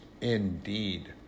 indeed